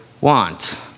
want